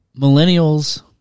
Millennials